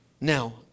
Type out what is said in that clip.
Now